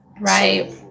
Right